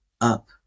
up